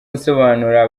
gusobanura